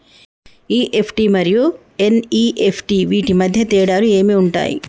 EFT మరియు NEFT వీటి మధ్య తేడాలు ఏమి ఉంటాయి?